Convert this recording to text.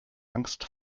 angst